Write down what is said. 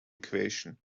equation